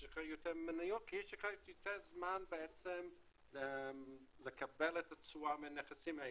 יש לך יותר מניות כי יש לך יותר זמן בעצם לקבל את התשואה מהנכסים האלה.